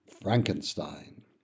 Frankenstein